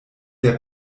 der